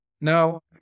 Now